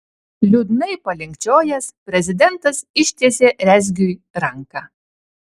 liūdnai palinkčiojęs prezidentas ištiesė rezgiui ranką